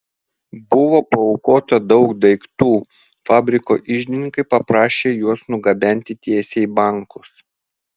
buvo paaukota daug daiktų fabriko iždininkai paprašė juos nugabenti tiesiai į bankus